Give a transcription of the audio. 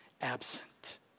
absent